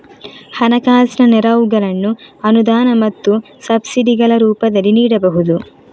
ಹಣಕಾಸಿನ ನೆರವುಗಳನ್ನು ಅನುದಾನ ಮತ್ತು ಸಬ್ಸಿಡಿಗಳ ರೂಪದಲ್ಲಿ ನೀಡಬಹುದು